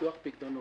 ביטוח פיקדונות.